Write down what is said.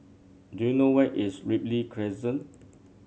do you know where is Ripley Crescent